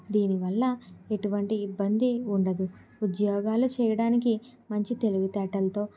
దీనివల్ల ఎటువంటి ఇబ్బంది ఉండదు ఉద్యోగాలు చేయడానికి మంచి తెలివితేటలతో